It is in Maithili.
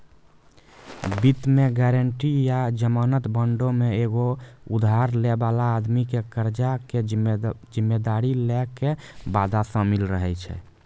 वित्त मे गायरंटी या जमानत बांडो मे एगो उधार लै बाला आदमी के कर्जा के जिम्मेदारी लै के वादा शामिल रहै छै